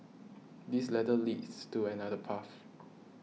this ladder leads to another path